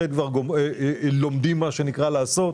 כשבעצם לכאורה אין הצדקה בכלל לקרן הזו,